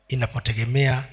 Inapotegemea